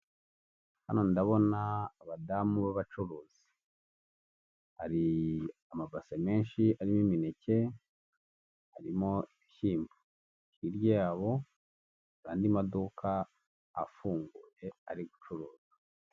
Hano ndabona abadamu b'abacuruzi. Hari amabase menshi arimo imineke! harimo ibishyimbo. hiryabo hari andi maduka afunguye ari gucuruza.